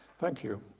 thank you.